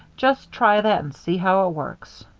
just try that and see how it works.